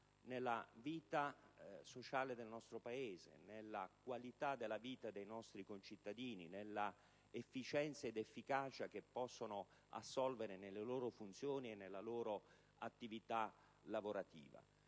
per la vita sociale del nostro Paese, per le conseguenze sulla qualità della vita dei nostri concittadini, sulla efficienza ed efficacia con cui essi possono assolvere alle loro funzioni e alla loro attività lavorativa.